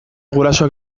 gurasoak